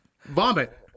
Vomit